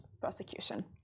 prosecution